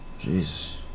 Jesus